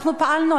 אנחנו פעלנו,